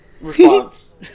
response